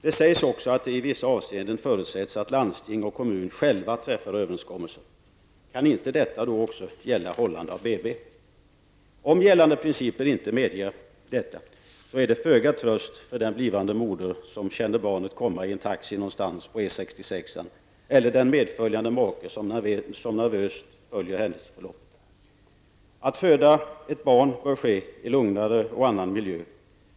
Det sägs också att det i vissa avseenden förutsätts att landsting och kommun själva träffar en överenskommelse. Kan inte detta gälla också hållande av BB? Om gällande principer inte medger detta är det föga tröst för den blivande moder som känner att barnet är på väg i en taxi någonstans på E 66 eller för den medföljande make som nervöst följer förloppet. Föda barn bör ske i en annan och lugnare miljö.